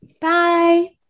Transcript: Bye